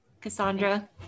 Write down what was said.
Cassandra